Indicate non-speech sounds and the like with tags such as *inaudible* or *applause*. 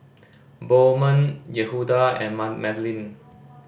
Bowman Yehuda and *unintelligible* Madlyn